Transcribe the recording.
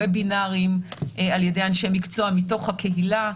וובינרים ע"י אנשי מקצוע מתוך הקהילה,